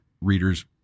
readers